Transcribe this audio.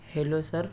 hello sir